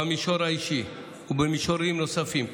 במישור האישי ובמישורים נוספים,